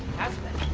azabeth,